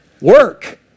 Work